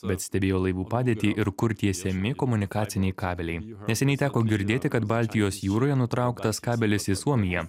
bet stebėjo laivų padėtį ir kur tiesiami komunikaciniai kabeliai neseniai teko girdėti kad baltijos jūroje nutrauktas kabelis į suomiją